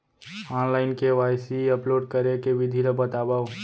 Online KYC upload करे के विधि ला बतावव?